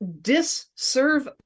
disserve